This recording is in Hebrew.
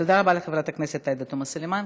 תודה רבה לחברת הכנסת עאידה תומא סלימאן.